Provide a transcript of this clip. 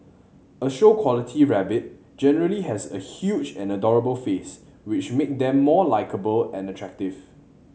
a show quality rabbit generally has a huge and adorable face which make them more likeable and attractive